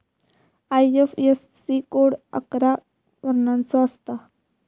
IFSC code अकरा वर्णाचो असता